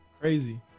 Crazy